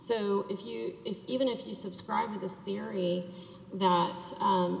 so if you even if you subscribe to this theory that